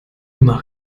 immer